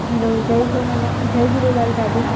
हलो जय झूलेलाल जय झूलेलाल दादी